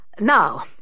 Now